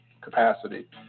capacity